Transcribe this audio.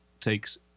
takes